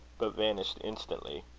but vanished instantly.